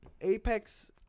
Apex